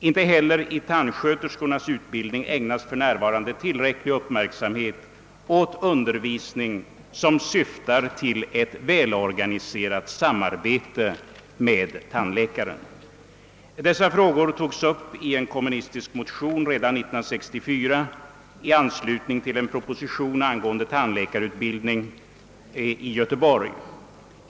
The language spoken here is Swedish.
Inte heller i tandsköterskornas utbildning ägnas för närvarande tillräcklig uppmärksamhet åt undervisning som syftar till ett välorganiserat samarbete med tandläkaren. Dessa frågor togs upp i en kommunistisk motion redan år 1964 i anslutning till en proposition angående tandläkarutbildning m.m. i Göteborg.